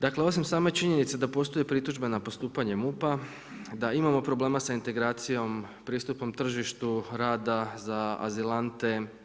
Dakle, osim same činjenice da postoji pritužba na postupanje MUP-a, da imamo problema sa integracijom, pristupom tržištu rada za azilante.